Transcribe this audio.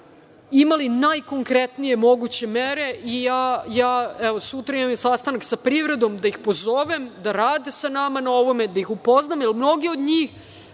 imali najkonkretnije moguće mere. Evo, sutra imam sastanak sa privredom, da ih pozovem da rade sa nama na ovome, da ih upoznam, jer mnogi od njih